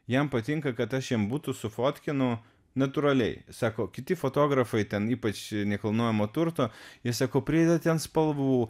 jam patinka kad aš jam butus sufotkinu natūraliai sako kiti fotografai ten ypač nekilnojamo turto jis sako prideda ten spalvų